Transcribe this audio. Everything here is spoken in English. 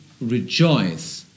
rejoice